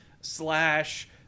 slash